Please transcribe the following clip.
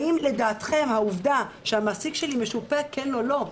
האם העובדה שהמעסיק שלי משופה או לא,